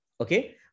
Okay